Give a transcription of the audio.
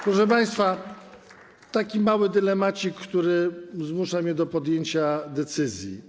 Proszę państwa, mam mały dylemacik, który zmusza mnie do podjęcia decyzji.